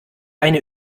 eine